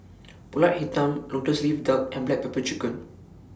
Pulut Hitam Lotus Leaf Duck and Black Pepper Chicken